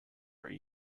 are